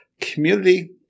community